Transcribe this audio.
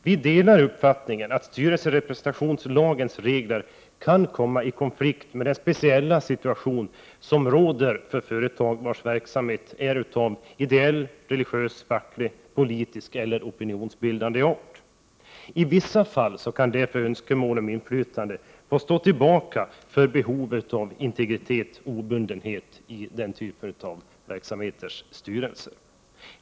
Vi delar uppfattningen att styrelserepresentationslagens regler kan komma i konflikt med den speciella situation som råder för företag vars verksamhet är av ideell, religiös, facklig, politisk eller opinionsbildande art. I vissa fall kan därför önskemål om inflytande få stå tillbaka för behovet av integritet och obundenhet i styrelser i den typen av verksamhet.